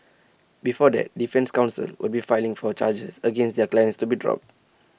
before that defence counsels will be filing for charges against their clients to be dropped